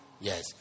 Yes